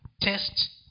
test